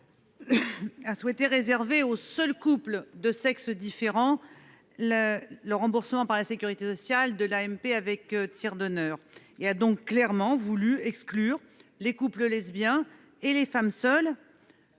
a souhaité réserver aux seuls couples de sexes différents le remboursement par la sécurité sociale de l'AMP avec tiers donneur : elle a clairement voulu non pas exclure les couples lesbiens et les femmes seules